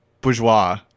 bourgeois